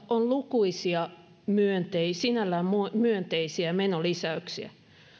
on lukuisia sinällään myönteisiä menolisäyksiä